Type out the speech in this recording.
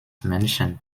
männchen